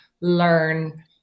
learn